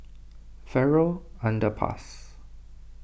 Farrer Underpass